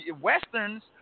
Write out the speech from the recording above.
westerns